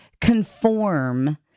conform